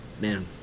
man